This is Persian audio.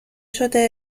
شده